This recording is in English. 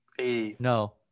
no